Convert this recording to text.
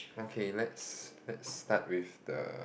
okay let's let's start with the